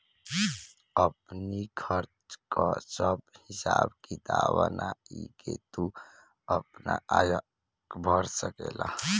आपनी खर्चा कअ सब हिसाब किताब बनाई के तू आपन आयकर भर सकेला